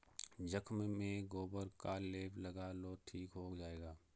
जख्म में गोबर का लेप लगा लो ठीक हो जाएगा